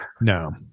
No